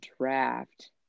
draft